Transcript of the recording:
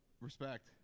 respect